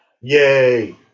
Yay